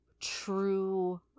true